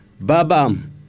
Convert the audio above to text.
Babam